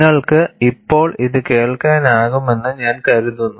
നിങ്ങൾക്ക് ഇപ്പോൾ ഇത് കേൾക്കാനാകുമെന്ന് ഞാൻ കരുതുന്നു